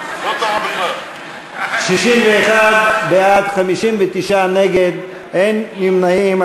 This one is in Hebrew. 61 בעד, 59 נגד, אין נמנעים.